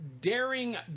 daring